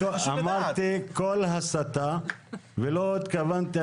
אני אמרתי כל הסתה ולא התכוונתי,